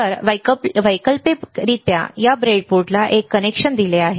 तर वैकल्पिकरित्या या ब्रेडबोर्डला एक कनेक्शन दिले आहे